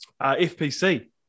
FPC